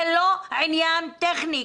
זה לא עניין טכני.